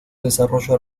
desarrollo